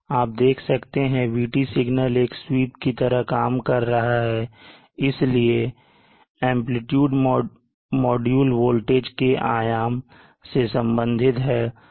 आप देख सकते हैं कि VT सिग्नल एक sweep की तरह काम कर रहा है इसलिए आयाम मॉड्यूल वोल्टेज के आयाम से संबंधित है